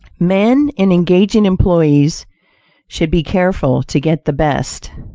men in engaging employees should be careful to get the best.